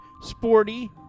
Sporty